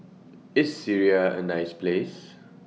IS Syria A nice Place